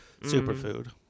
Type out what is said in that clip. Superfood